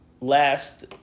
last